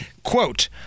Quote